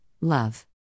love